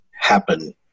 happen